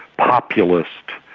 populist,